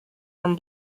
from